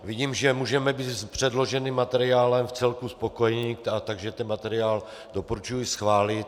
Vidím, že můžeme být s předloženým materiálem vcelku spokojeni, takže materiál doporučuji schválit.